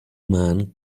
man